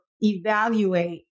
evaluate